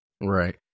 right